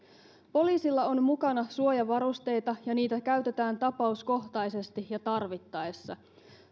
poliisilla on mukana suojavarusteita ja niitä käytetään tapauskohtaisesti ja tarvittaessa